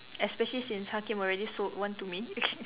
especially since Hakim already sold one to me